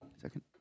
Second